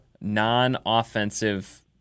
non-offensive